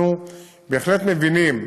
אנחנו בהחלט מבינים שהרגולציה,